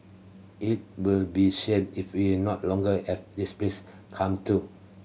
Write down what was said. it will be shame if we are not longer have this place come to